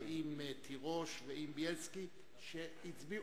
ועם תירוש ועם בילסקי שהצביעו.